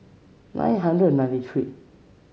nine hundred ninety three